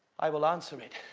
i will answer it.